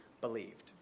believed